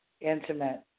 intimate